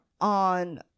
on